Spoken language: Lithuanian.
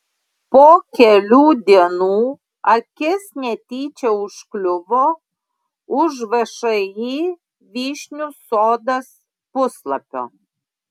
po kelių dienų akis netyčia užkliuvo už všį vyšnių sodas puslapio